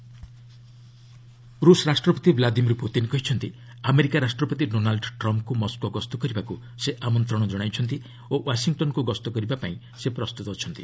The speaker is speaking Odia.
ରୁଷ୍ ଟ୍ରମ୍ ରୁଷ୍ ରାଷ୍ଟ୍ରପତି ଭ୍ଲାଦିମିର୍ ପୁତିନ୍ କହିଛନ୍ତି ଆମେରିକା ରାଷ୍ଟ୍ରପତି ଡୋନାଲ୍ଡ୍ ଟ୍ରମ୍ଫ୍ଙ୍କୁ ମସ୍କୋ ଗସ୍ତ କରିବାକୁ ସେ ଆମନ୍ତଶ କଣାଇଛନ୍ତି ଓ ୱାଶିଂଟନ୍କୁ ଗସ୍ତ କରିବାପାଇଁ ସେ ପ୍ରସ୍ତୁତ ଅଛନ୍ତି